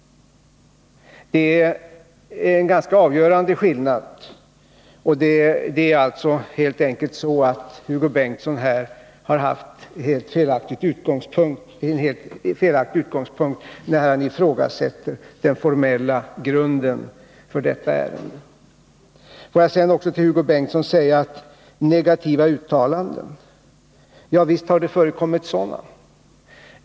Det är en ganska avgörande skillnad. Hugo Bengtsson har alltså en helt felaktig utgångspunkt när han ifrågasätter den formella grunden för detta ärende. Jag vill också till Hugo Bengtsson säga att visst har det förekommit negativa uttalanden.